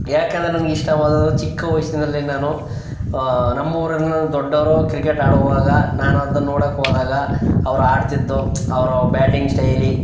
ಯಾಕೆಂದ್ರೆ ನನಗಿಷ್ಟವಾದುದು ಚಿಕ್ಕ ವಯಸ್ಸಿನಲ್ಲೇ ನಾನು ನಮ್ಮೂರಿನ ದೊಡ್ಡವರು ಕ್ರಿಕೆಟ್ ಆಡುವಾಗ ನಾನು ಅದನ್ನು ನೋಡೋಕೆ ಹೋದಾಗ ಅವರು ಆಡ್ತಿದ್ದು ಅವರು ಬ್ಯಾಟಿಂಗ್ ಶೈಲಿ